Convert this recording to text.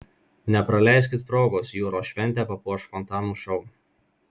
nepraleiskit progos jūros šventę papuoš fontanų šou